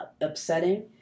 upsetting